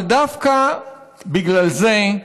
אבל דווקא בגלל זה,